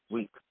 Week